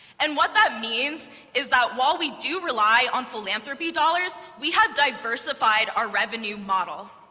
and what that means is that while we do rely on philanthropy dollars, we have diversified our revenue model.